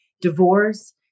divorce